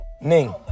Ning